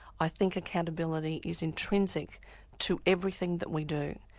i think accountability is intrinsic to everything that we do.